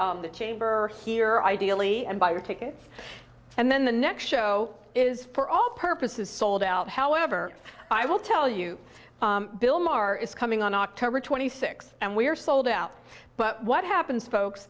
by the chamber here ideally and buy your ticket and then the next show is for all purposes sold out however i will tell you bill maher is coming on october twenty sixth and we are sold out but what happens folks